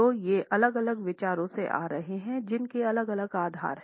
तो ये अलग अलग विचारों से आ रहे हैंजिनके अलग अलग आधार हैं